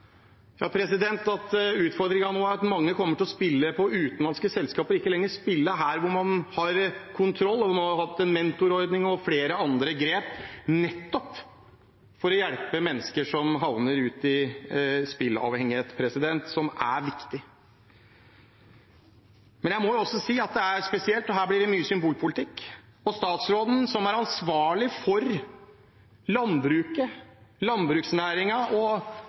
nå blir at mange kommer til å spille med utenlandske selskaper og ikke lenger spille her, hvor man har kontroll, og hvor man har hatt en mentorordning og tatt flere andre grep for nettopp å hjelpe mennesker som havner uti spilleavhengighet, og det er viktig. Her blir det mye symbolpolitikk. Statsråden som er ansvarlig for landbruksnæringen og denne sporten, og som har lagt ned pelsdyrnæringen, sørger for å sende en ny næring ut i en pinefull og